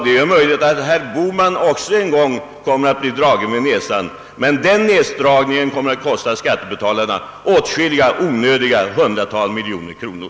Det är möjligt att herr Bohman också en gång kommer att bli dragen vid näsan, men den »näsdragningen» kommer att kosta skattebetalarna åtskilliga onödiga hundratal miljoner kronor.